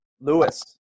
Lewis